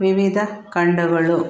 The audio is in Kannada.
ವಿವಿಧ ಖಂಡಗಳು